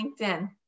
LinkedIn